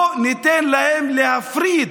לא ניתן להם להפריד